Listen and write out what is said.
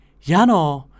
Yano